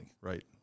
right